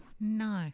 No